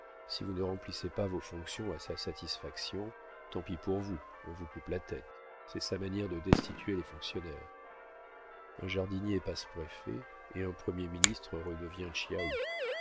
si vous ne remplissez pas vos fonctions à sa satisfaction tant pis pour vous on vous coupe la tête c'est sa manière de destituer les fonctionnaires un jardinier passe préfet et un premier ministre redevient